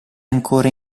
ancora